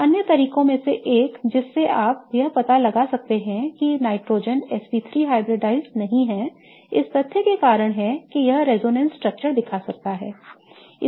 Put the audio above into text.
तो अन्य तरीकों में से एक जिस से आप यह पता लगा सकते हैं कि नाइट्रोजन sp3 हाइब्रिडाइज्ड नहीं है इस तथ्य के कारण है कि यह रेजोनेंस संरचना दिखा सकता है